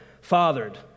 fathered